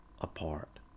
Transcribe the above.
apart